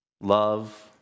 love